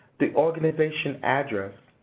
the organization address,